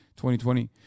2020